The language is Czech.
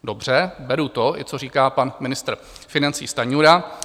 Dobře, beru i to, co říká pan ministr financí Stanjura.